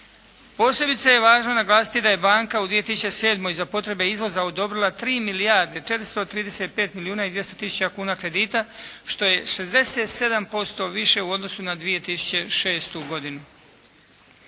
Posebice je važno naglasiti da je banka u 2007. za potrebe izvoza odobrila 3 milijarde 435 milijuna i 200 tisuća kuna kredita što je 67% više u odnosu na 2006. godinu.